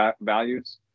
values